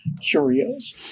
curios